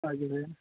okay sir